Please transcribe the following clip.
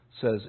says